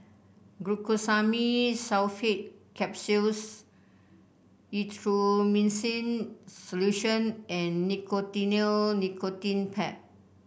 Glucosamine Sulfate Capsules Erythroymycin Solution and Nicotinell Nicotine Patch